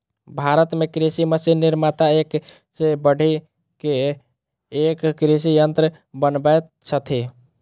भारत मे कृषि मशीन निर्माता एक सॅ बढ़ि क एक कृषि यंत्र बनबैत छथि